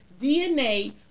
DNA